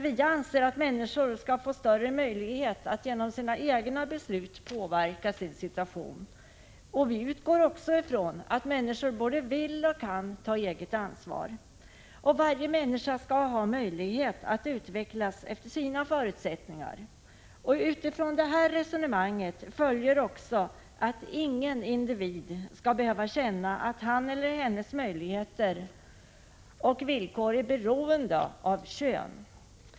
Vi anser att människor skall få större möjlighet att genom sina egna beslut påverka sin situation. Vi utgår ifrån att människor både vill och kan ta eget ansvar. Varje människa skall ha möjlighet att utvecklas efter sina förutsättningar. Utifrån detta resonemang följer också att ingen individ skall behöva känna att hans eller hennes möjligheter och villkor är beroende av kön.